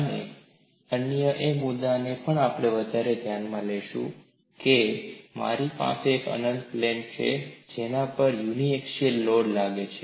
અને અન્ય એ મુદ્દાને પણ તમારે ધ્યાનમાં લેવાનો છે કે મારી પાસે એક અનંત પ્લેટ છે જેના પર યુનીએક્ક્ષીયલ લોડ લાગે છે